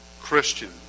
Christian